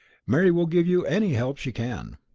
mary will give you any help she can.